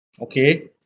okay